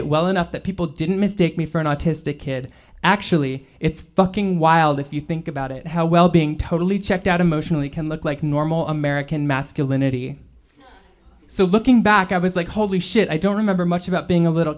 it well enough that people didn't mistake me for an autistic kid actually it's fucking wild if you think about it how well being totally checked out emotionally can look like normal american masculinity so looking back i was like holy shit i don't remember much about being a little